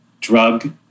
drug